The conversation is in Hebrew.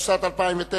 התשס"ט 2009,